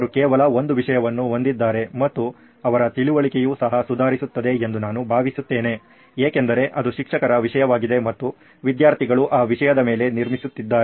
ಅವರು ಕೇವಲ ಒಂದು ವಿಷಯವನ್ನು ಹೊಂದಿದ್ದಾರೆ ಮತ್ತು ಅವರ ತಿಳುವಳಿಕೆಯು ಸಹ ಸುಧಾರಿಸುತ್ತದೆ ಎಂದು ನಾನು ಭಾವಿಸುತ್ತೇನೆ ಏಕೆಂದರೆ ಅದು ಶಿಕ್ಷಕರ ವಿಷಯವಾಗಿದೆ ಮತ್ತು ವಿದ್ಯಾರ್ಥಿಗಳು ಆ ವಿಷಯದ ಮೇಲೆ ನಿರ್ಮಿಸುತ್ತಿದ್ದಾರೆ